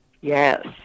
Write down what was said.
Yes